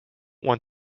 want